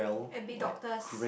and be doctors